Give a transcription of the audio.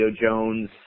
Jones